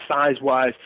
size-wise